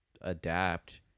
adapt